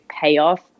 payoff